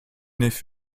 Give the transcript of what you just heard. nef